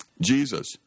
Jesus